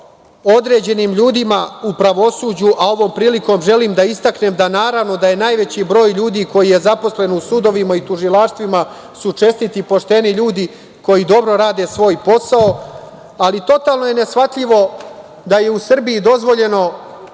određenim ljudima u pravosuđu, a ovom prilikom želim da istaknem da naravno, da je najveći broj ljudi koji je zaposlen u sudovima i tužilaštvima su čestiti i pošteni ljudi koji dobro rade svoj posao, ali totalno je neshvatljivo da je u Srbiji dozvoljeno